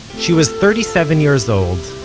she was thirty-seven years old,